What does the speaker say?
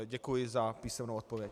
Děkuji za písemnou odpověď.